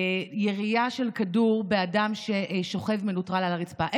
בירייה של כדור באדם ששוכב מנוטרל על הרצפה.